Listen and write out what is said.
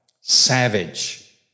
savage